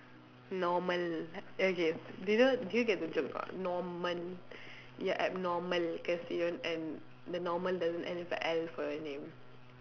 normal okay did you did you get the joke or not Norman you're abnormal cause your one end the normal doesn't end with a L for your name